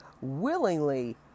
willingly